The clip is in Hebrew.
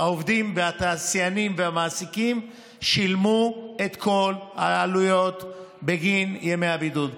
העובדים והתעשיינים והמעסיקים שילמו את כל העלויות בגין ימי הבידוד.